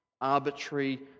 arbitrary